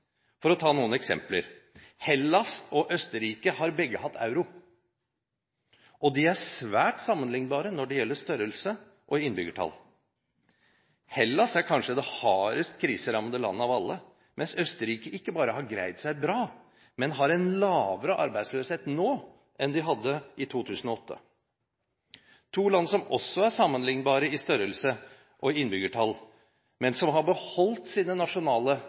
For å ta noen eksempler: Hellas og Østerrike har begge hatt euro, og de er svært sammenliknbare når det gjelder størrelse og innbyggertall. Hellas er kanskje det hardest kriserammede landet av alle, mens Østerrike ikke bare har greid seg bra, men har en lavere arbeidsløshet nå enn de hadde i 2008. To land som også er sammenliknbare i størrelse og innbyggertall, men som har beholdt sine nasjonale